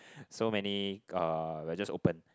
so many uh we are just open